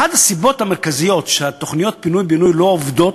אחת הסיבות המרכזיות לכך שתוכניות פינוי-בינוי לא עובדות,